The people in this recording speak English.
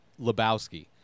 Lebowski